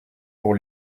pour